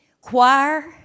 Choir